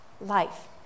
life